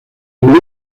han